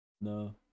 No